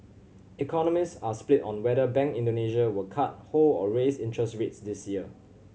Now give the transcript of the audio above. economist are split on whether Bank Indonesia will cut hold or raise interest rates this year